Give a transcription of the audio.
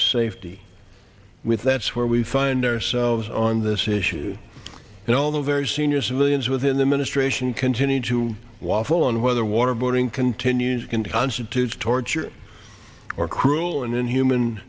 safety with that's where we find ourselves on this issue and although very senior civilians within the ministration continue to waffle on whether waterboarding continues can constitute torture or cruel and inhuman